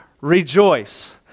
rejoice